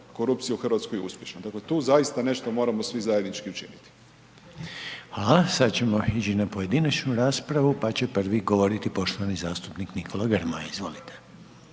korupcije u Hrvatskoj uspješna. Dakle, tu zaista nešto moramo svi zajednički učiniti. **Reiner, Željko (HDZ)** Hvala. Sad ćemo ići na pojedinačnu raspravu, pa će prvi govoriti poštovani zastupnik Nikola Grmoja, izvolite.